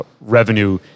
revenue